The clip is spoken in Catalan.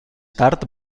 tard